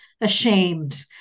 ashamed